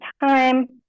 time